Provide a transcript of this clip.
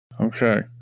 Okay